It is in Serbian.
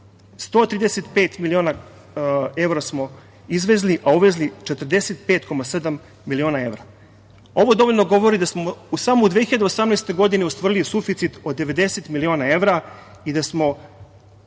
135 miliona evra smo izvezli, a uvezli 45,7 miliona evra. Ovo dovoljno govori da smo samo u 2018. godini ostvarili suficit od 90 miliona evra i da smo